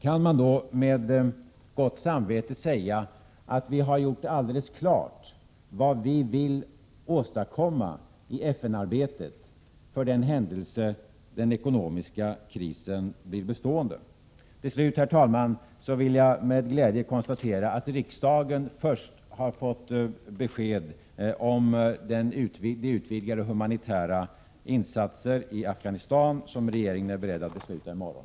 Kan man då med gott samvete säga att vi har gjort alldeles klart vad vi vill åstadkomma i FN-arbetet, för den händelse den ekonomiska krisen blir bestående? Till slut, herr talman, vill jag med glädje konstatera att riksdagen först har fått besked om de utvidgade humanitära insatser i Afghanistan som regeringen är beredd att besluta om i morgon.